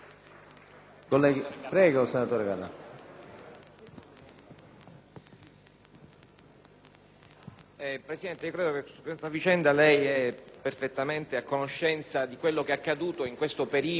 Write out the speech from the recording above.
Presidente, in ordine a questa vicenda credo che lei sia perfettamente a conoscenza di ciò che è accaduto in questo periodo nella nostra terra. Ci sono stati risultati positivi,